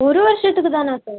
ஒரு வருஷத்துக்கு தானா சார்